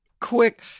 quick